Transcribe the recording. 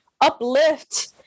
uplift